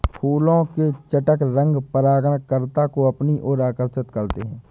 फूलों के चटक रंग परागणकर्ता को अपनी ओर आकर्षक करते हैं